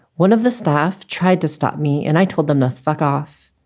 one of the staff tried to stop me and i told them to fuck off.